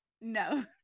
No